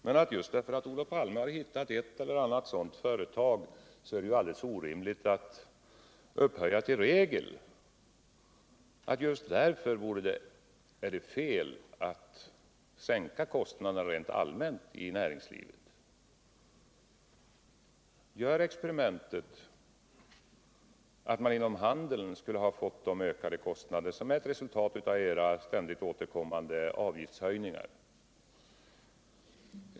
Men bara därför att Olof Palme hittat ett eller annat sådant företag är det alldeles orimligt att upphöja till regel att det är fel att sänka kostnaderna i näringslivet rent allmänt. Gör tankeexperimentet att man inom handeln skulle ha fått de ökade kostnader som blir ett resultat av ständigt återkommande avgiftshöjningar!